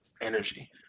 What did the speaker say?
energy